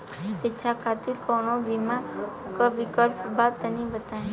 शिक्षा खातिर कौनो बीमा क विक्लप बा तनि बताई?